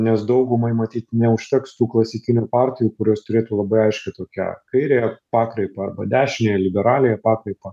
nes daugumai matyt neužteks tų klasikinių partijų kurios turėtų labai aiškią tokią kairiąją pakraipą arba dešiniąją liberaliąją pakraipą